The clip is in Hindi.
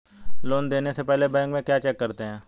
लोन देने से पहले बैंक में क्या चेक करते हैं?